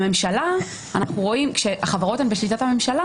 בממשלה אנחנו רואים כשהחברות הן בשליטת הממשלה,